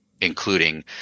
including